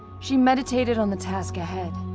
she meditated on the task ahead.